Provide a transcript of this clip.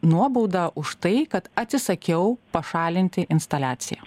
nuobaudą už tai kad atsisakiau pašalinti instaliaciją